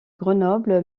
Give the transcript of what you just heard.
grenoble